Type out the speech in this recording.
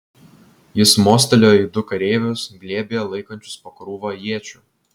jis mostelėjo į du kareivius glėbyje laikančius po krūvą iečių